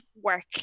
work